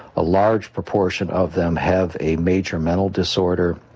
a large proportion of them have a major mental disorder.